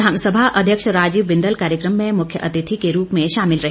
विधानसभा अध्यक्ष राजीव बिंदल कार्यक्रम में मुख्य अतिथि के रूप में शामिल रहे